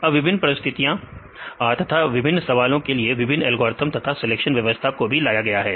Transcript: अब विभिन्न परिस्थितियों तथा विभिन्न सवालों के लिए विभिन्न एल्गोरिथ्म तथा सिलेक्शन व्यवस्था को भी लाया गया है